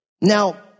Now